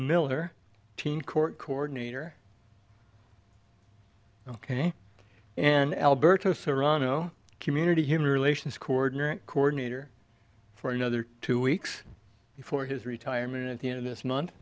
miller teen court coordinator ok and alberto serrano community human relations cordon coordinator for another two weeks before his retirement at the end of this month